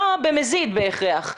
לא במזיד בהכרח.